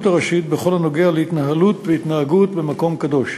הראשית בכל הנוגע להתנהלות ולהתנהגות במקום קדוש.